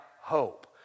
hope